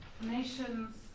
nations